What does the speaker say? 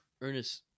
Ernest